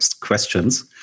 questions